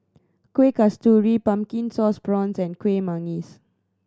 Kueh Kasturi Pumpkin Sauce Prawns and Kuih Manggis